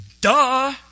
duh